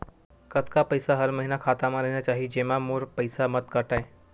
कतका पईसा हर महीना खाता मा रहिना चाही जेमा मोर पईसा मत काटे?